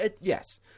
Yes